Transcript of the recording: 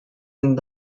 and